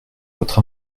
votre